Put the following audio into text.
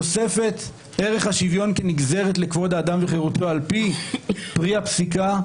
תוספת ערך השוויון כנגזרת לכבוד האדם וחירותו על פי פרי הפסיקה,